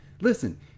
listen